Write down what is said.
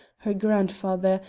her grandfather,